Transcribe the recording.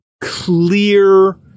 clear